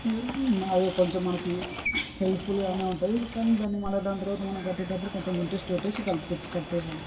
ము అది కొంచెం మనకి హెల్ప్ఫుల్గానే ఉంటుంది కానీ దాన్ని మళ్ళీ దాన్ని తరువాత మనం కట్టేటప్పుడు కొంచెం ఇంట్రెస్ట్ పెట్టేసి కలిపి కట్టేయాలి